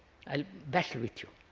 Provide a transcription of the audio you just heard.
i'll battle with you.